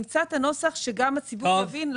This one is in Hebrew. נמצא את הנוסח שגם הציבור יבין.